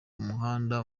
umuhanda